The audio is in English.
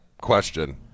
question